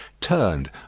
turned